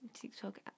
TikTok